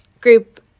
group